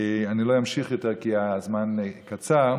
אני לא אמשיך יותר, כי הזמן קצר.